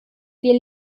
wir